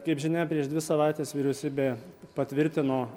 kaip žinia prieš dvi savaites vyriausybė patvirtino